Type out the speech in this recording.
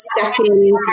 second